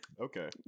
Okay